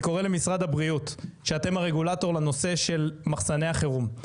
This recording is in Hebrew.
אני קורא למשרד הבריאות שאתם הרגולטור לנושא של מחסני החירום,